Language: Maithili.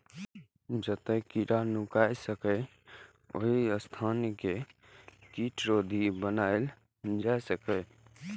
जतय कीड़ा नुकाय सकैए, ओहि स्थान कें कीटरोधी बनाएल जा सकैए